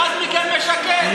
אחד מכם משקר,